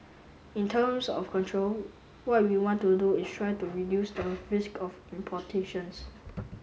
in terms of control what we want to do is try to reduce the risk of importations